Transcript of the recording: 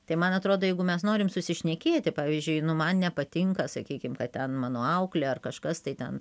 tai man atrodo jeigu mes norim susišnekėti pavyzdžiui nu man nepatinka sakykim ten mano auklė ar kažkas tai ten